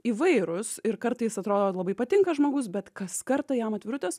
įvairūs ir kartais atrodo labai patinka žmogus bet kas kartą jam atvirutės